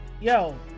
yo